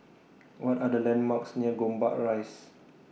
What Are The landmarks near Gombak Rise